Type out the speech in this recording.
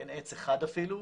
אין עץ אחד אפילו,